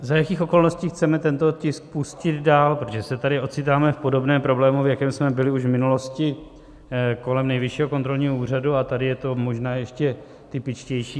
za jakých okolností chceme tento tisk pustit dál, protože se tady ocitáme v podobném problému, v jakém jsme byli už v minulosti kolem Nejvyššího kontrolního úřadu, a tady je to možná ještě typičtější.